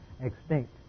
extinct